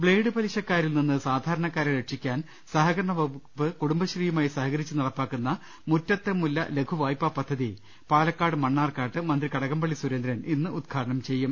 blade പ്ലിശക്കാരിൽ നിന്ന് സാധാരണക്കാരെ രക്ഷിക്കാൻ സഹക രണ വ്കുപ്പ് കുടുംബശ്രീയുമായി സഹകരിച്ച് നടപ്പാക്കുന്ന മുറ്റത്തെ മുല്ല ലഘുവായ്പാ പദ്ധതി പാലക്കാട് മണ്ണാർക്കാട് മന്ത്രി കടകംപള്ളി സുർ ന്ദ്രൻ ഇന്ന് ഉദ്ഘാടനം ചെയ്യും